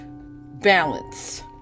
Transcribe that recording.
balance